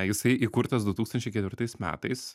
jisai įkurtas du tūkstančiai ketvirtais metais